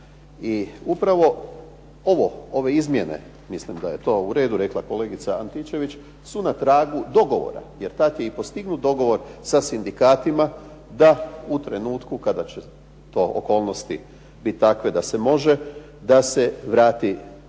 I upravo ovo, ove izmjene, mislim da je to u redu rekla kolegica Antičević, su na tragu dogovora jer tad je i postignut dogovor sa sindikatima da u trenutku kada će to okolnosti biti takve da se može da se vrati na